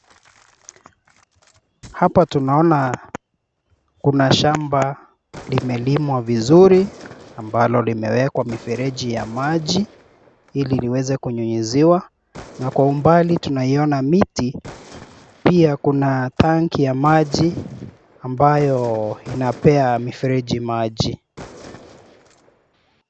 Hapa tunaona kuna shamba limelimwa vizuri ambalo limewekwa mifereji ya maji ili liwezae kunyunyuziwa na kwa umbali tunaona miti na pia kuna tanki ya maji ambayo inapea mifereji maji.